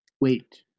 Wait